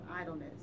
idleness